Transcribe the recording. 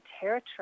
territory